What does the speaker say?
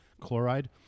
chloride